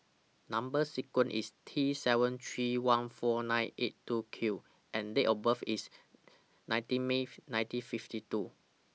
Number sequence IS T seven three one four nine eight two Q and Date of birth IS nineteen May nineteen fifty two